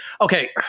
Okay